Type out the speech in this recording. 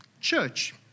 church